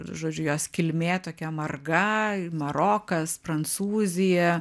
žodžiu jos kilmė tokia marga marokas prancūzija